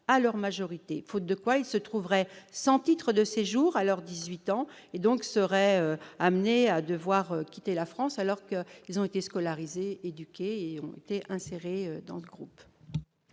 à leur majorité. Faute de quoi, ils se trouveraient sans titre de séjour à leurs 18 ans et seraient donc amenés à devoir quitter la France, alors qu'ils y ont été scolarisés, éduqués et insérés. Quel